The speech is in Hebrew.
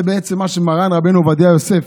זה בעצם מה שמרן רבנו עובדיה יוסף